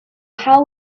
how